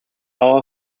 all